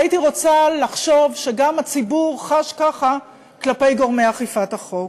והייתי רוצה לחשוב שגם הציבור חש ככה כלפי גורמי אכיפת החוק.